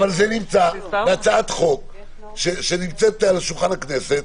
אבל זה בהצעת חוק שנמצאת על שולחן הכנסת,